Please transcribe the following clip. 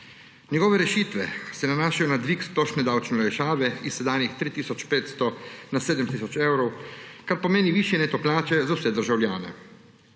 Njegove rešitve se nanašajo na dvig splošne davčne olajšave s sedanjih 3 tisoč 500 na 7 tisoč evrov, kar pomeni višje neto plače za vse državljane.